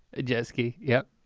a jet ski, yeah,